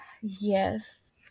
yes